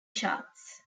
charts